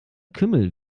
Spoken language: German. kümmel